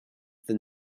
than